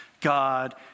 God